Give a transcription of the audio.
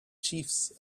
chiefs